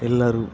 ಎಲ್ಲರೂ